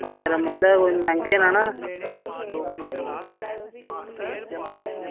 ओह् मेरा मतलब मैह्ंगे निं हैन